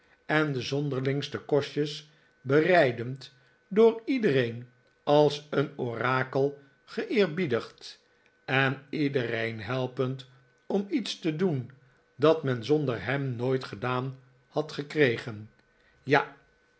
en de zonderlingste kostjes bereidend door iedereen als een orakel geeerbiedigd en iedereen helpend om iets te doen dat men zonder hem nooit gedaan had gekregen ja